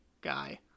guy